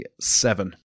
seven